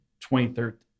2013